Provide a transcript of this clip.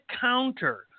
counter